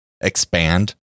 expand